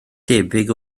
debyg